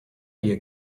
you